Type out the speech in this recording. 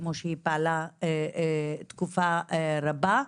כמו שהיא פעלה תקופה רבה.